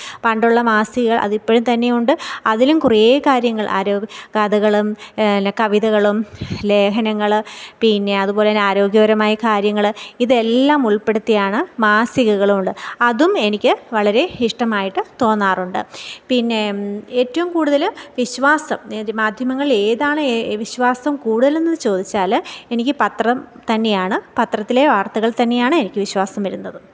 പണ്ടുള്ള മാസിക അതിപ്പോഴും തന്നെയുണ്ട് അതിലും കുറെ കാര്യങ്ങൾ ആരോ കഥകളും കവിതകളും ലേഖനങ്ങൾ പിന്നെ അതുപോലെ ആരോഗ്യപരമായി കാര്യങ്ങൾ ഇതെല്ലാം ഉൾപ്പെടുത്തിയാണ് മാസികകളുണ്ട് അതും എനിക്ക് വളരെ ഇഷ്ടമായിട്ടു തോന്നാറുണ്ട് പിന്നെ ഏറ്റവും കൂടുതൽ വിശ്വാസം മാധ്യമങ്ങളിൽ ഏതാണ് വിശ്വാസം കൂടുതൽ എന്നു ചോദിച്ചാൽ എനിക്ക് പത്രം തന്നെയാണ് പത്രത്തിലെ വാർത്തകൾ തന്നെയാണ് എനിക്ക് വിശ്വാസം വരുന്നത്